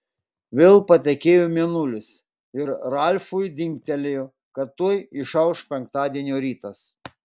vėl patekėjo mėnulis ir ralfui dingtelėjo kad tuoj išauš penktadienio rytas